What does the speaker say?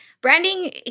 branding